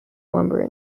lumber